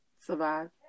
survive